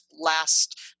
last